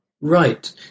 Right